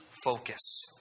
focus